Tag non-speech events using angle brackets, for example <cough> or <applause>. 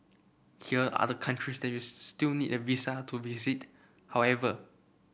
here are the countries that you <unintelligible> still need a visa to visit however